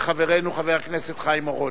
מחברנו חבר הכנסת חיים אורון.